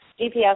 GPS